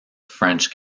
french